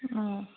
ꯑꯧ